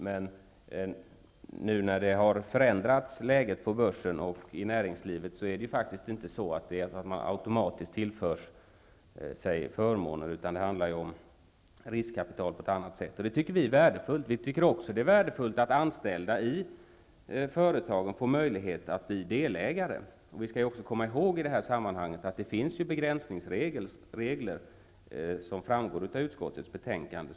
Men nu när läget på börsen och i näringslivet har förändrats får man inte automatiskt förmåner -- nu handlar det om ett riskkapital på ett annat sätt. Det tycker vi är värdefullt att notera. Vi tycker också att det är värdefullt att de anställda i företagen får möjlighet att bli delägare. I det här sammanhanget skall vi komma ihåg att det finns begränsningsregler, som framgår av utskottets betänkande.